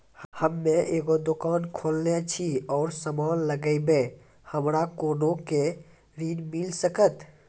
हम्मे एगो दुकान खोलने छी और समान लगैबै हमरा कोना के ऋण मिल सकत?